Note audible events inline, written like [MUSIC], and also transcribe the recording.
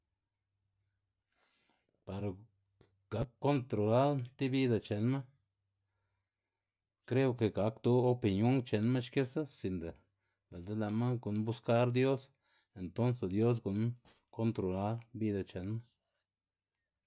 Par gak kontrolal ti bida chenma kreo ke gakdu opinión chenma xkisa, sinda bi'ldza lë'ma gu'nn buskar dios entonse dios gu'nn [NOISE] kontrolar bida chenma.